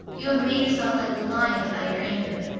you have made yourself like the lion by your anger,